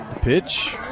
Pitch